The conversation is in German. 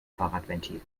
fahrradventil